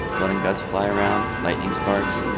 blood and guts fly around, lightning sparks,